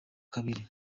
kabiri